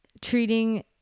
treating